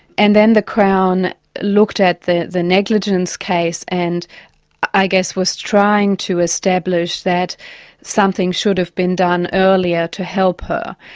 and then the crown looked at the the negligence case and i guess was trying to establish that something should have been done earlier to help help her.